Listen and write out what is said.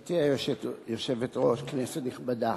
גברתי היושבת-ראש, כנסת נכבדה,